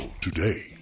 today